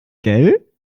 gell